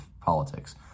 politics